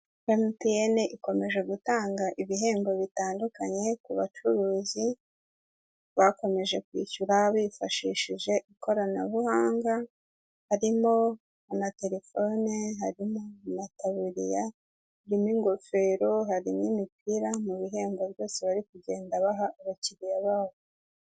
Emutiyene ikomeje gutanga ibihembo bitandukanye ku bacuruzi, bakomeje kwishyura bifashishije ikoranabuhanga, harimo amatelefone, harimo amataburiya, harimo ingofero, harimo imipira, n'ibindi bihembo byose bari kugenda baha abakiliya babo.